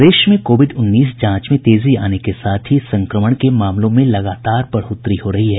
प्रदेश में कोविड उन्नीस जांच में तेजी आने के साथ ही संक्रमण के मामलों में लगातार बढ़ोतरी हो रही है